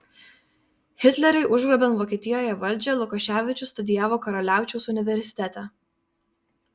hitleriui užgrobiant vokietijoje valdžią lukoševičius studijavo karaliaučiaus universitete